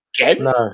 No